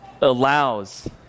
allows